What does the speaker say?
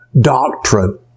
doctrine